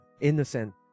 innocent